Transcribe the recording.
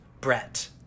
Brett